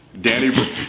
Danny